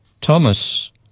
Thomas